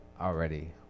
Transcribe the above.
Already